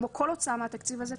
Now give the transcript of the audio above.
כמו כל הוצאה מהתקציב הזה,